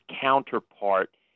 counterpart